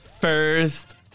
first